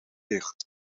dicht